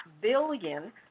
billion